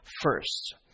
first